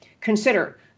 Consider